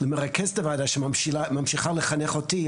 למרכזת הוועדה שממשיכה לחנך אותי,